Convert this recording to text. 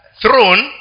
throne